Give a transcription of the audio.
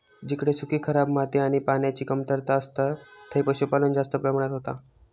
जिकडे सुखी, खराब माती आणि पान्याची कमतरता असता थंय पशुपालन जास्त प्रमाणात होता